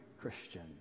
Christian